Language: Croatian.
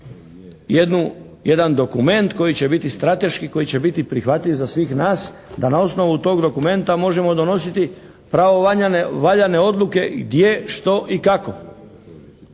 jedan dokument koji će biti strateški, koji će biti prihvatljiv za svih nas da na osnovu tog dokumenta možemo donositi pravovaljane odluke gdje, što i kako.